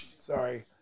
Sorry